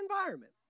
environment